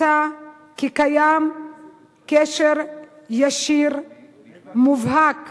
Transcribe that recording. מצא כי קיים קשר ישיר מובהק